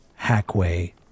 Hackway